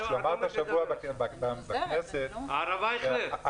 אמרת השבוע בכנסת --- הרב אייכלר,